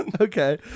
okay